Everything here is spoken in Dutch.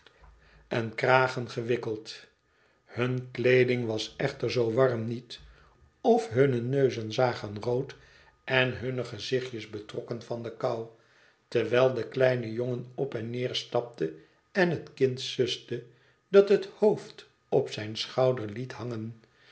en kragen gewikkeld hunne kleeding was echter zoo warm niet of hunne neuzen zagen rood en hunne gezichtjes betrokken van de kou terwijl de kleine jongen op en neer stapte en het kind suste dat het hoofd op zijn schouder liet hangen